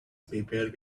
paper